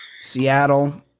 Seattle